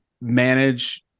manage